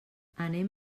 anem